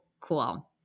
cool